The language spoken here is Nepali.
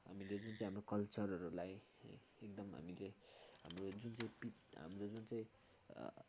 हामीले जुन चाहिँ हाम्रो कल्चरहरूलाई एकदम हामीले हाम्रो जुन चाहिँ हाम्रो जुन चाहिँ